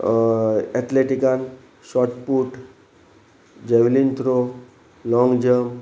एथलेटिकान shot put javelin throw long jump